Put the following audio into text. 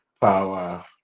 power